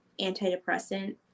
antidepressant